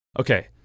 Okay